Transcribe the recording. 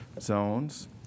zones